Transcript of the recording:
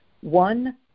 one